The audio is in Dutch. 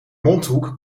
mondhoek